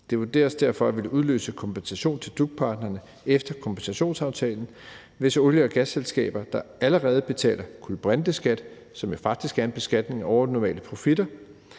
Det er også derfor, at det ville udløse kompensation til DUC-partnerne efter kompensationsaftalen, hvis olie- og gasselskaber, der allerede betaler kulbrinteskat, som jo faktisk er en beskatning af overnormale profitter,